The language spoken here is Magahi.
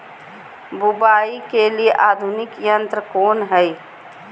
बुवाई के लिए आधुनिक यंत्र कौन हैय?